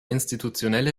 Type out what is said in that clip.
institutionelle